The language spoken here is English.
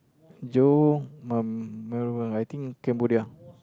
johor um I think Cambodia